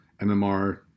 MMR